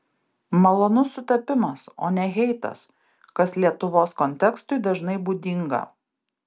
malonus sutapimas o ne heitas kas lietuvos kontekstui dažnai būdinga